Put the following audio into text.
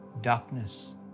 darkness